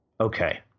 Okay